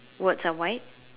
words are white